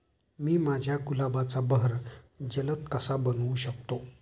मी माझ्या गुलाबाचा बहर जलद कसा बनवू शकतो?